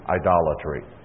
idolatry